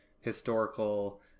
historical